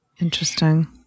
Interesting